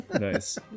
Nice